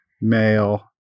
male